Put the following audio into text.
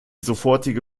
sofortige